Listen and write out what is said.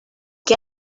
que